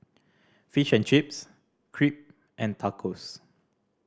Fish and Chips Crepe and Tacos